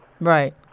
Right